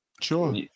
Sure